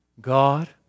God